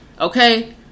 Okay